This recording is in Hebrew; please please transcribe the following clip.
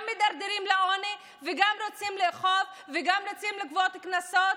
גם מדרדרים לעוני וגם רוצים לאכוף וגם רוצים לגבות קנסות?